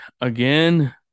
again